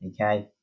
okay